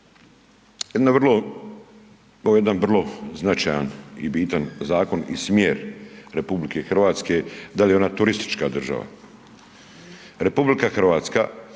ovo je jedan vrlo značajan i bitan zakon i smjer Republike Hrvatske da li je ona turistička država? Republika Hrvatska